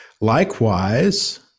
Likewise